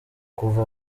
kuva